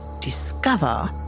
discover